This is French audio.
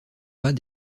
pas